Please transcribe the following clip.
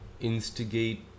instigate